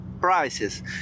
prices